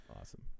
Awesome